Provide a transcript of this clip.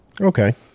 okay